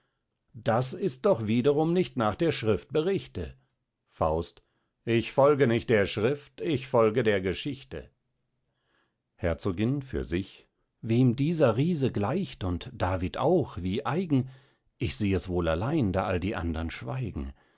das ist doch wiederum nicht nach der schrift berichte faust ich folge nicht der schrift ich folge der geschichte herzogin für sich wem dieser riese gleicht und david auch wie eigen ich seh es wohl allein da all die andern schweigen